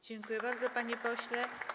Dziękuję bardzo, panie pośle.